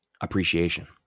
appreciation